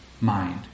mind